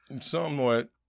Somewhat